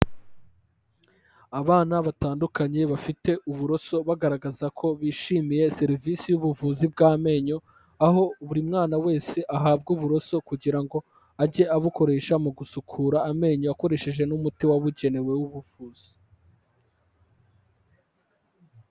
Abana batandukanye bafite uburoso bagaragaza ko bishimiye serivisi y'ubuvuzi bw'amenyo, aho buri mwana wese ahabwa uburoso kugira ngo ajye abukoresha mu gusukura amenyo akoresheje n'umuti wabugenewe w'ubuvuzi.